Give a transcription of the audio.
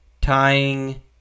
tying